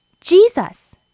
Jesus